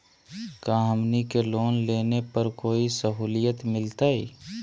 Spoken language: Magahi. का हमनी के लोन लेने पर कोई साहुलियत मिलतइ?